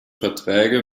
verträge